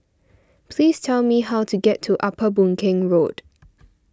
please tell me how to get to Upper Boon Keng Road